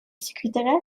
секретаря